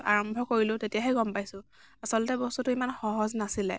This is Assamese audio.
আৰম্ভ কৰিলোঁ তেতিয়াহে গম পাইছোঁ আচলতে বস্তুটো ইমান সহজ নাছিলে